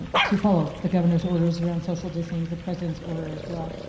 to follow the governor's orders around social distancing, the president's order, as well,